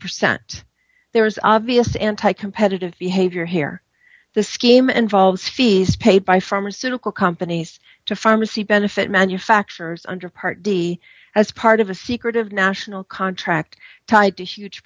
percent there is obvious anti competitive behavior here the scheme and volves fees paid by pharmaceutical companies to pharmacy benefit manufacturers under part d as part of a secretive national contract tied to huge